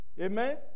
Amen